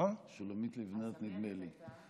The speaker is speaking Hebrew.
שולמית לבנת, נדמה לי.